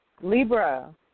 Libra